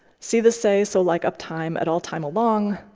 see the say, so like uptime at all time along.